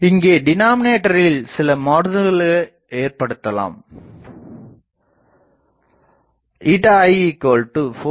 இங்கே டினாமினேட்டரில் சில மாறுதல்களை ஏற்படுத்தலாம்